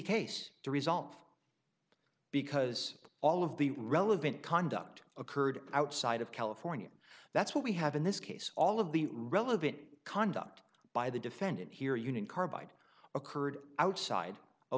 case to resolve because all of the relevant conduct occurred outside of california that's what we have in this case all of the relevant conduct by the defendant here union carbide occurred outside o